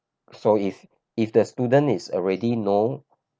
so if if the student is already know